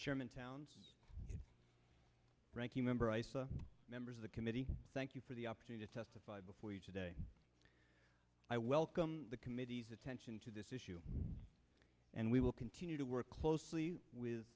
germantown ranking member eissa members of the committee thank you for the opportunity to test the five before you today i welcome the committee's attention to this issue and we will continue to work closely with